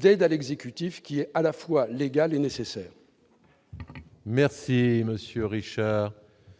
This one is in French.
d'aide à l'exécutif, qui est à la fois légales et nécessaire.